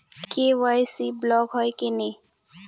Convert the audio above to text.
KYC block হয় কেনে?